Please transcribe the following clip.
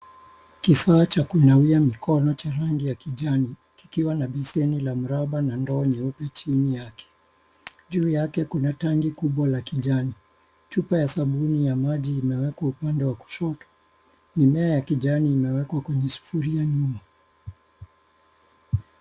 Kifaa Cha kunawia mikono Cha rangi ya kijani kikiwa na besheni la mraba na ndoo nyeupe chini yake , juu yake Kuna tanki Kubwa la kijani, chupa ya sabuni ya maji imewekwa upande wa kushoto mimea ya kijani imewekwa kwenye sufuria nyuma.